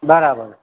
બરાબર